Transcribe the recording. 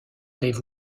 rive